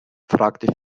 fragte